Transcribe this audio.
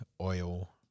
oil